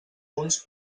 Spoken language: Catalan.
punts